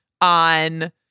on